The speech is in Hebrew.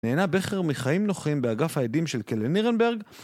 נהנה בכר מחיים נוחים באגף העדים של כלא נירנברג.